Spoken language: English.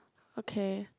okay